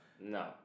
no